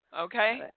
Okay